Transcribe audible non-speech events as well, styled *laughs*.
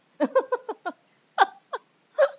*laughs*